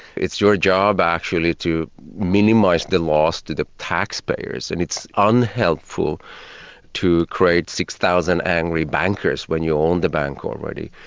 it's your job actually to minimise the loss to the taxpayers, and it's unhelpful to create six thousand angry bankers when you own the bank already.